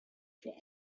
vor